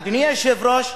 אדוני היושב-ראש,